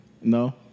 No